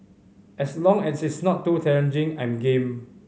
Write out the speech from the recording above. as long as it's not too challenging I'm game